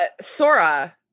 Sora